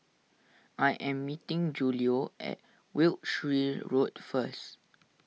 I am meeting Julio at Wiltshire Road first